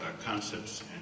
concepts